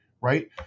right